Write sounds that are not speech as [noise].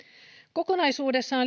kokonaisuudessaan [unintelligible]